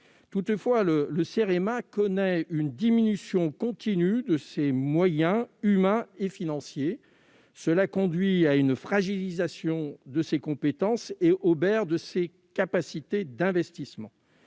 Toutefois, le Cerema connaît une diminution continue de ses moyens humains et financiers, ce qui conduit à une fragilisation de ses compétences et obère ses capacités d'investissement.